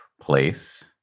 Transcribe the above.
place